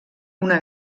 una